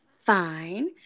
Fine